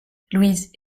louise